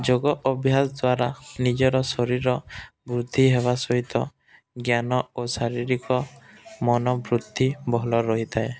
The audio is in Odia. ଯୋଗ ଅଭ୍ୟାସ ଦ୍ୱାରା ନିଜର ଶରୀର ବୃଦ୍ଧି ହେବା ସହିତ ଜ୍ଞାନ ଓ ଶାରୀରିକ ମନ ବୃଦ୍ଧି ଭଲ ରହିଥାଏ